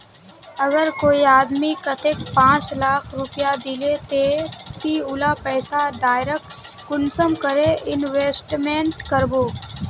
अगर कोई आदमी कतेक पाँच लाख रुपया दिले ते ती उला पैसा डायरक कुंसम करे इन्वेस्टमेंट करबो?